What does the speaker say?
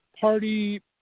party